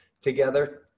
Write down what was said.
together